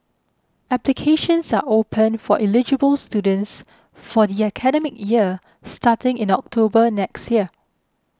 applications are open for eligible students for the academic year starting in October next year